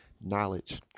knowledge